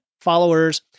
followers